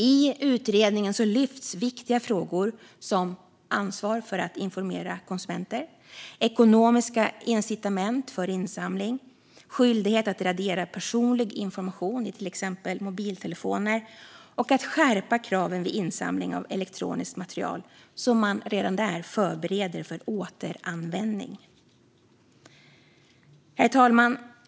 I utredningen lyfts viktiga frågor som ansvar för att informera konsumenter, ekonomiska incitament för insamling, skyldighet att radera personlig information i exempelvis mobiltelefoner och att skärpa kraven vid insamling av elektroniskt material så att man redan där förbereder för återanvändning. Herr talman!